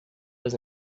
was